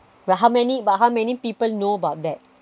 well how many but how many people know about that